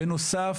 בנוסף